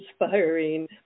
inspiring